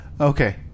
Okay